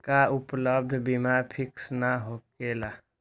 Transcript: का उपलब्ध बीमा फिक्स न होकेला?